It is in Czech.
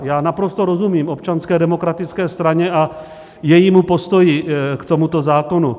Já naprosto rozumím Občanské demokratické straně a jejímu postoji k tomuto zákonu.